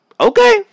Okay